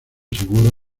seguro